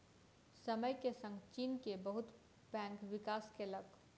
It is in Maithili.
समय के संग चीन के बहुत बैंक विकास केलक